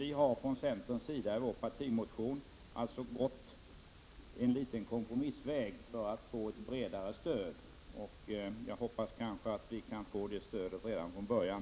Vi har från centerns sida i vår partimotion gått en kompromissväg för att få ett bredare stöd, och jag hoppas att vi kan få det stödet redan från början.